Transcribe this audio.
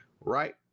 right